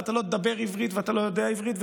ואתה לא תדבר עברית ואתה לא יודע עברית,